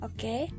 Okay